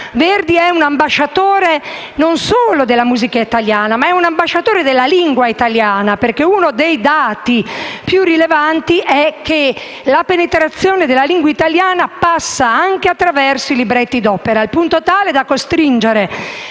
Verdi è un ambasciatore non solo della musica italiana, ma anche della lingua italiana perché uno dei dati più rilevanti è che la penetrazione della lingua italiana passa anche attraverso i libretti d'opera, al punto tale da costringere